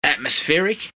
atmospheric